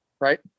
right